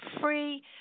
free